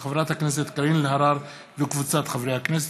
של חברת הכנסת קארין אלהרר וקבוצת חברי הכנסת.